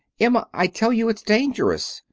emma, i tell you it's dangerous.